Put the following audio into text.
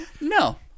no